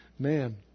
man